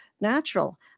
natural